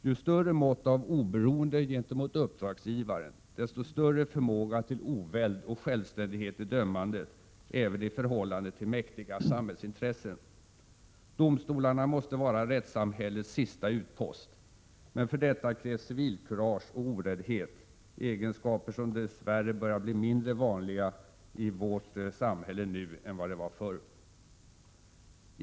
Ju större mått av oberoende gentemot uppdragsgivaren, desto större förmåga till oväld och självständighet i dömandet, även i förhållande till mäktiga samhällsintressen. Domstolarna måste vara rättssamhällets sista utpost. Men för detta krävs civilkurage och oräddhet, egenskaper som dess värre börjar bli mindre vanliga i vårt samhälle nu än vad de var förr.